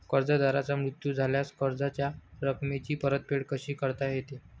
कर्जदाराचा मृत्यू झाल्यास कर्जाच्या रकमेची परतफेड कशी करता येते?